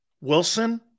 Wilson